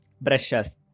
Brushes